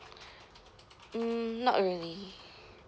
mm not really